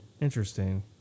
Interesting